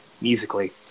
Musically